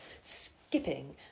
skipping